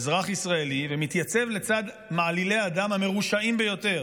אזרח ישראלי ומתייצב לצד מעלילי הדם המרושעים ביותר,